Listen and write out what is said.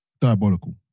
diabolical